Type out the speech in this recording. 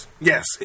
Yes